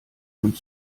und